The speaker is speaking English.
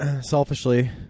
Selfishly